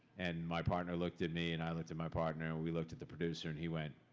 and my partner looked at me, and i looked at my partner, and we looked at the producer and he went,